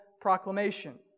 proclamation